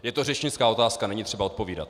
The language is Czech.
Je to řečnická otázka, není třeba odpovídat.